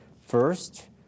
First